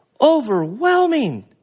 overwhelming